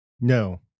no